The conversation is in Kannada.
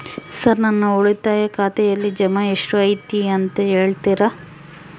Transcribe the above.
ಸರ್ ನನ್ನ ಉಳಿತಾಯ ಖಾತೆಯಲ್ಲಿ ಜಮಾ ಎಷ್ಟು ಐತಿ ಅಂತ ಹೇಳ್ತೇರಾ?